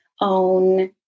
own